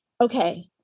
Okay